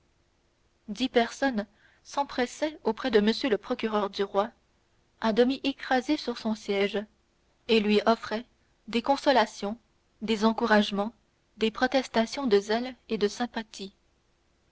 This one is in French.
dix personnes s'empressaient auprès de m le procureur du roi à demi écrasé sur son siège et lui offraient des consolations des encouragements des protestations de zèle et de sympathie